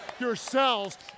yourselves